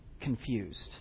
confused